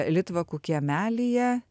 litvakų kiemelyje